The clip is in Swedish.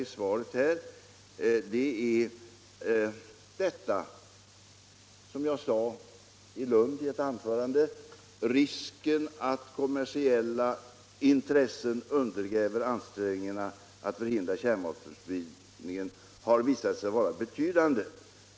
I svaret påpekar jag också vad jag sade i ett anförande i Lund: ”Risken att kommersiella intressen undergräver ansträngningarna att förhindra kärnvapenspridningen har visat sig vara betydande.